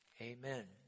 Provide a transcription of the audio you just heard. Amen